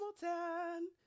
Hamilton